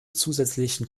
zusätzlichen